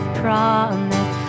promise